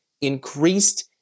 increased